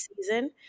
season